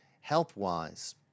health-wise